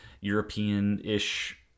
European-ish